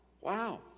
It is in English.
Wow